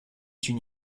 une